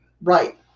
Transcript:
Right